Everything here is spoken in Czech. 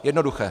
Jednoduché.